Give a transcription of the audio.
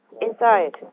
inside